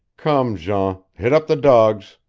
come, jean, hit up the dogs!